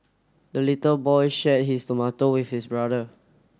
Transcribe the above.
the little boy shared his tomato with his brother